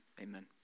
amen